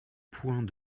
point